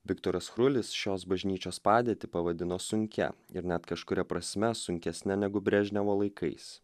viktoras chrulis šios bažnyčios padėtį pavadino sunkia ir net kažkuria prasme sunkesne negu brežnevo laikais